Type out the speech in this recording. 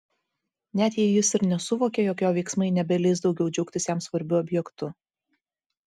net jei jis ir nesuvokė jog jo veiksmai nebeleis daugiau džiaugtis jam svarbiu objektu